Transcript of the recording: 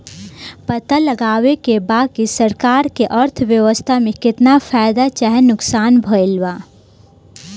पता लगावे के बा की सरकार के अर्थव्यवस्था में केतना फायदा चाहे नुकसान भइल बा